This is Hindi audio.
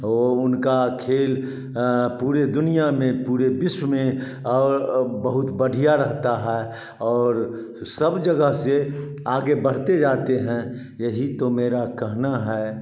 ओ उनका खेल पूरे दुनिया में पूरे विश्व में और बहुत बढ़िया रहता है और सब जगह से आगे बढ़ते जाते हैं यही तो मेरा कहना है